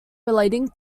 relating